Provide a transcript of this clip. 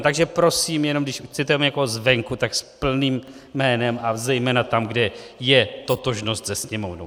Takže prosím jenom, když chcete někoho zvenku, tak s plným jménem a zejména tam, kde je totožnost se Sněmovnou.